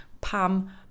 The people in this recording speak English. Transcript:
Pam